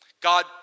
God